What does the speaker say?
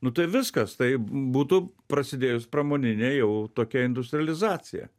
nu tai viskas tai būtų prasidėjus pramoninė jau tokia industrializacija